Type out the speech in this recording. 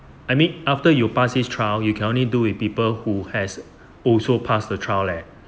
I mean after you pass this trial you can only do with people who has also passed the trial leh